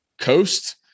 coast